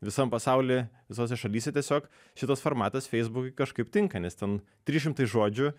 visam pasauly visose šalyse tiesiog šitas formatas feisbukui kažkaip tinka nes ten trys šimtai žodžių